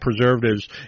preservatives